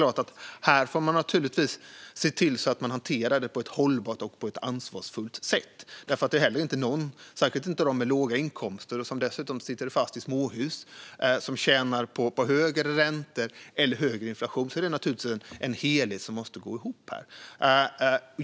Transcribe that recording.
Vi måste se till att hantera detta hållbart och ansvarsfullt, för ingen, särskilt inte de med låga inkomster i småhus, tjänar på högre räntor eller högre inflation. Det är alltså en helhet som måste gå ihop.